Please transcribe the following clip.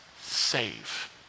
save